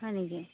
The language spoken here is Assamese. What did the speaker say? হয় নেকি